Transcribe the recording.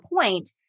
point